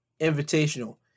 Invitational